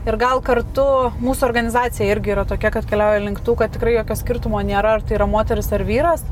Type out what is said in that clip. ir gal kartu mūsų organizacija irgi yra tokia kad keliauja link tų kad tikrai jokio skirtumo nėra ar tai yra moteris ar vyras